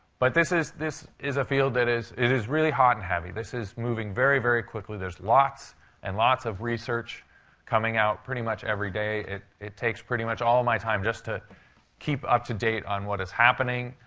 but this is this is a field that is it is really hot and heavy. this is moving very, very quickly. there's lots and lots of research coming out pretty much every day. it it takes pretty much all my time just to keep up to date on what is happening.